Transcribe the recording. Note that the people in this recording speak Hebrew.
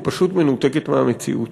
היא פשוט מנותקת מהמציאות.